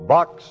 Box